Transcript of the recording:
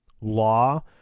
Law